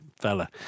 fella